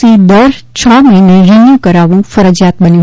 C દર છ મહિને રીન્યુ કરવું ફરજિયાત બન્યું